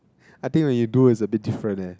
I think you do is a big different leh